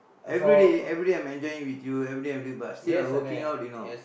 everyday everyday I'm enjoying with you everyday I'm doing but still I'm working out you know